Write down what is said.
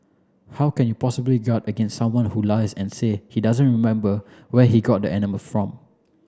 how can you possibly guard against someone who lies and said he doesn't remember where he got animal from